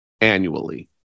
annually